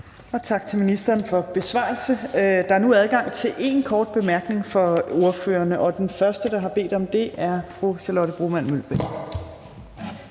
Tak til ministeren for besvarelse. Der er nu adgang til én kort bemærkning for ordførerne, og den første, der har bedt om det, er fru Charlotte Broman Mølbæk.